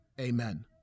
Amen